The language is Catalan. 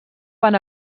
van